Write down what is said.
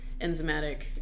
enzymatic